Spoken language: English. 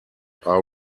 are